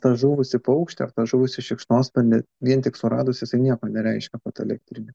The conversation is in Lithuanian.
tą žuvusį paukštį ar tą žuvusį šikšnosparnį vien tik suradus jisai nieko nereiškia po ta elektrine